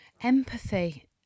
Empathy